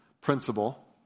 principle